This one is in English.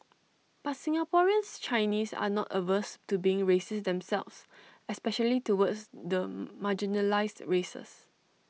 but Singaporeans Chinese are not averse to being racist themselves especially towards the marginalised races